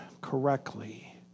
correctly